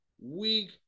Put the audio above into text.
Weak